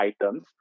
items